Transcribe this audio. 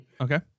Okay